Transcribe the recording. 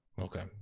Okay